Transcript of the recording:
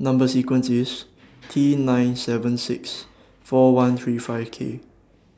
Number sequence IS T nine seven six four one three five K